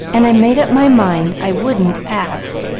and i made up my mind i wouldn't ask,